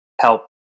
help